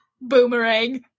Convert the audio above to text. Boomerang